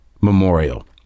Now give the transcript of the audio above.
memorial